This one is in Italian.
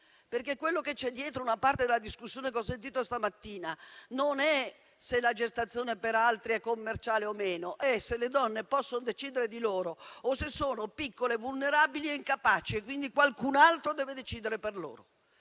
perché quello che c'è dietro una parte della discussione che ho sentito stamattina non è se la gestazione per altri è commerciale o meno, ma se le donne possono decidere di loro stesse o se sono piccole, vulnerabili e incapaci e quindi qualcun altro deve decidere per loro.